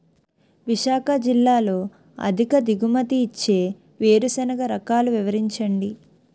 విశాఖ జిల్లాలో అధిక దిగుమతి ఇచ్చే వేరుసెనగ రకాలు వివరించండి?